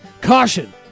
Caution